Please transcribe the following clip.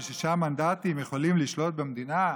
ושישה מנדטים יכולים לשלוט במדינה,